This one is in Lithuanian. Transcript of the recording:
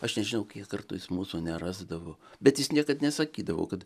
aš nežinau kiek kartų jis mūsų nerasdavo bet jis niekad nesakydavo kad